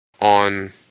on